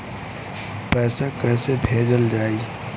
पैसा कैसे भेजल जाइ?